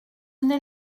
n’est